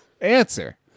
Answer